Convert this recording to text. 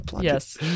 yes